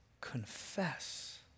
confess